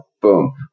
boom